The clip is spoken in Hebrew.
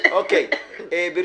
יש